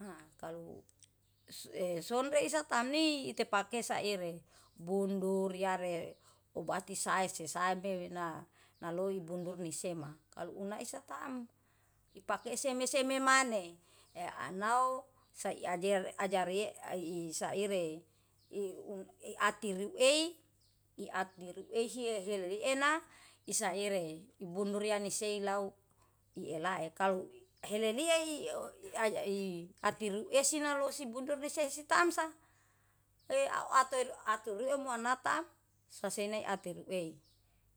Nga kalu e sonre isa tamni itepake saire, bundur yare ubati sae sisamena naloi bunbur ni sema. Kalu una isa taem ipake seme- seme maneh, enau sai ajer ajare i saire iatde ruei hihehelele ena isa ire ibundur riane sei lau ieleae kalu heleliai uajai arti ruesi nalosi bundur ri sesi tamsa eatu atu lumunata sasene aturuei.